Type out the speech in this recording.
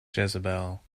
jezebel